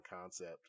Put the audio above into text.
concept